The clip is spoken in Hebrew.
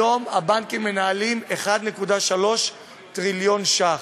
היום הבנקים מנהלים 1.3 טריליון שקל,